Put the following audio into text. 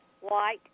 white